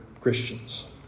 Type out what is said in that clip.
Christians